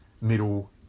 middle